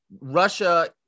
Russia